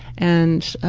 and,